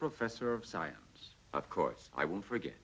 professor of science of course i won't forget